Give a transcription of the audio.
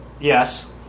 yes